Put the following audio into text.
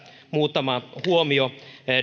muutama huomio